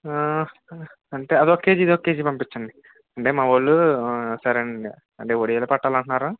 అంటే అది ఒక కేజీ ఇది ఒక కేజీ పంపించండి అంటే మా వాళ్ళు సరే అండి అంటే ఒడియాలు పెట్టాలంటున్నారు